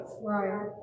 Right